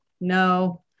no